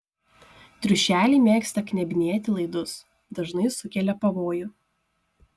triušeliai mėgsta knebinėti laidus dažnai sukelia pavojų